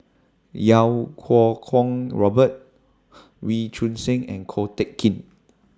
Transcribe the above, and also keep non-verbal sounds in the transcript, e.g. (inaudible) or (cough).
Iau Kuo Kwong Robert (noise) Wee Choon Seng and Ko Teck Kin